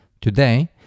Today